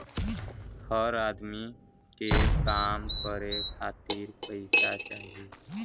हर अदमी के काम करे खातिर पइसा चाही